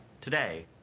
today